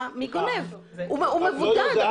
הוא מבודד.